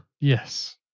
Yes